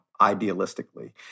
idealistically